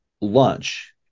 lunch